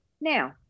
Now